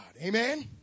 Amen